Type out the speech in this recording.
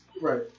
Right